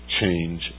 change